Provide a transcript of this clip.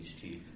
chief